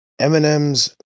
Eminem's